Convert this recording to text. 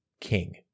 king